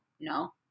No